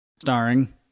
Starring